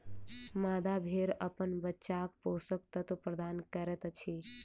मादा भेड़ अपन बच्चाक पोषक तत्व प्रदान करैत अछि